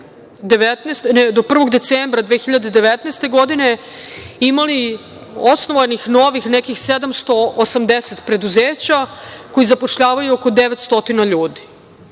do 1. decembra 2019. godine imali osnovanih novih nekih 780 preduzeća koja zapošljavaju oko 900 ljudi. Ono